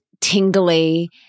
tingly